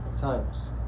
times